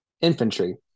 Infantry